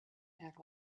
act